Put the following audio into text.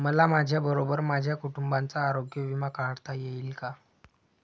मला माझ्याबरोबर माझ्या कुटुंबाचा आरोग्य विमा काढता येईल का?